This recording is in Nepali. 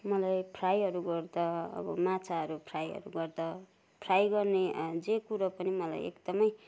मलाई फ्राईहरू गर्दा अब माछाहरू फ्राईहरू गर्दा फ्राईहरू गर्ने जे कुरो पनि मलाई एकदमै